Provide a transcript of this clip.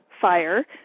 Fire